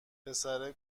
پسره